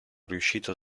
riuscito